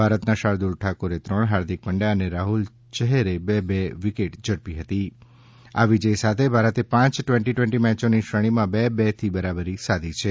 ભારતનાં શાર્દુલ ઠાકુરે ત્રણ હાર્દિક પંડ્યા અને રાહુલ ચહેરે બે બે વિકેટ ઝડપી હતી આ વિજય સાથે ભારતે પાંચ ટ્વેન્ટી ટ્વેન્ટી મેયોની શ્રેણીમાં બે બે થી બરાબરી સાધી છે